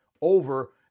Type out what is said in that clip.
over